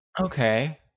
Okay